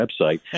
website